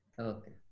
Okay